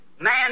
man